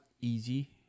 easy